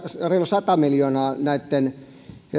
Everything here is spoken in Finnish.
reilu sata miljoonaa näitten